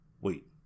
Wait